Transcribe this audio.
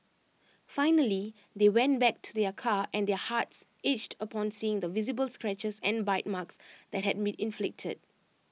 finally they went back to their car and their hearts ached upon seeing the visible scratches and bite marks that had been inflicted